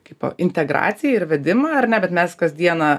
kaip integraciją ir vedimą ar ne bet mes kasdieną